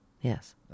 Yes